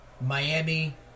Miami